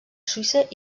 suïssa